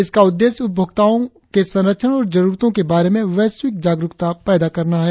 इसका उद्देश्य उपभोक्ताओं के संरक्षण और जरुरतों के बारे में वैश्विक जागरुकता पैदा करना है